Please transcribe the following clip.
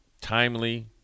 timely